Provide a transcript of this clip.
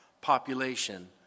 population